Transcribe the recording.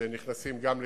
שנכנסים לשימוש,